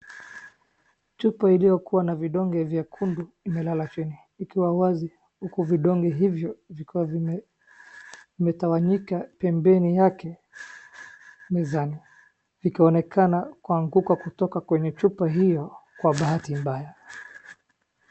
Chupa iliyokuwa na vidonge vyekundu imelala chini ikiwa wazi huku vidonge hivyo vikiwa vimetawanyika pembeni yake mezani. Likionekana kuanguka kutoka kwenye chupa hiyo kwa bahati mbaya.